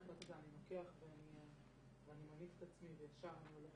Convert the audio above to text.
החלטת אני בטוח ואני מניף את עצמי וישר אני הולך